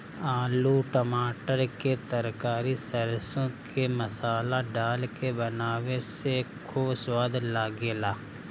आलू टमाटर के तरकारी सरसों के मसाला डाल के बनावे से खूब सवाद लागेला